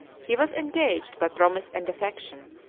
he was engaged, by promise and affection,